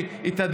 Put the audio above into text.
את ההחלטות שלי,